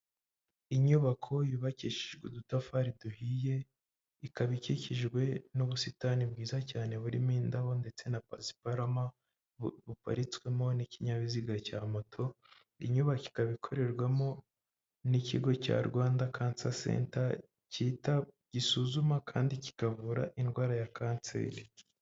Inyubako yubakishijwe udutafari duhiye ikaba ikikijwe n'ubusitani bwiza cyane burimo indabo ndetse na pasipama buparitswemo n'ikinyabiziga cya moto inyubako ikaba ikorerwamo n'ikigo cya Rwanda cancer center kikaba gisuzuma kandi kikavura indwara ya kanseri.